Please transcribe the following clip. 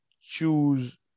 choose